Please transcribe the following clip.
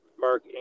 Mark